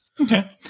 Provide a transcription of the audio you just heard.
okay